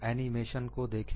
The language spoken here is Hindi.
एनिमेशन को देखें